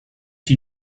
she